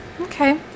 Okay